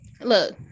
look